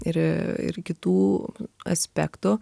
ir ir kitų aspektų